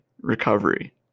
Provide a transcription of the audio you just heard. recovery